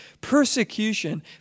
Persecution